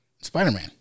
Spider-Man